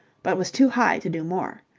but was too high to do more.